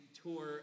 tour